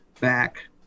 back